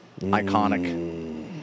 Iconic